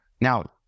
Now